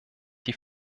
die